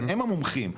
הם המומחים.